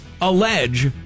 allege